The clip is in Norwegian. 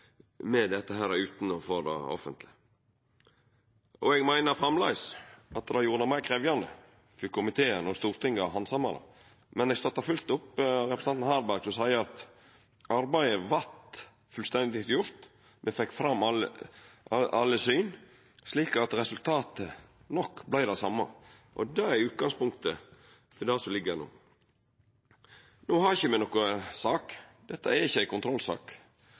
dette utan å få det offentleg. Eg meiner framleis at det gjorde det meir krevjande for komiteen og Stortinget å handsama det, men eg støttar fullt ut representanten Harberg, som seier at arbeidet vart fullstendig gjort, me fekk fram alle syn, slik at resultatet nok vart det same. Det er utgangspunktet for det som ligg her no. No har me ikkje noka sak. Dette er ikkje ei kontrollsak.